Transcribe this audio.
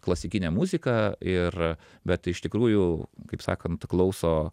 klasikinę muziką ir bet iš tikrųjų kaip sakant klauso